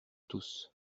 tous